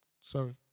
Sorry